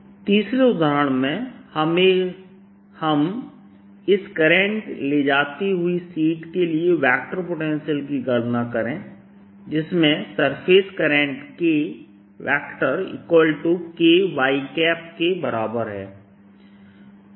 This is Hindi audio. A1 By2xBx2y A2 Byx A1 A2By2xBx2y तीसरे उदाहरण में आइए हम इस करंट ले जाती हुई शीट के लिए वेक्टर पोटेंशियल की गणना करें जिसमें सरफेस करंट KK y के बराबर है